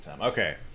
Okay